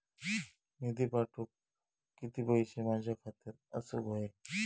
निधी पाठवुक किती पैशे माझ्या खात्यात असुक व्हाये?